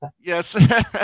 Yes